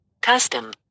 Custom